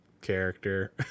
character